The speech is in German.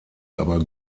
aber